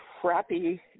crappy